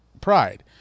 pride